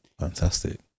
fantastic